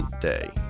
Day